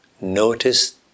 notice